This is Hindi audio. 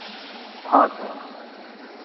हाँ सर